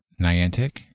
Niantic